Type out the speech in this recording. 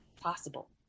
Possible